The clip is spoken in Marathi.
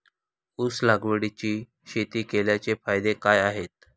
ऊस लागवडीची शेती केल्याचे फायदे काय आहेत?